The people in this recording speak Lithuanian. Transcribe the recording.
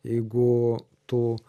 jeigu tu